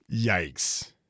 yikes